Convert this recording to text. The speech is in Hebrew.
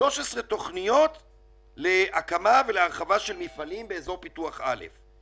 13 תוכניות להקמה והרחבה של מפעלים באזור פיתוח א'